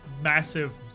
massive